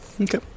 okay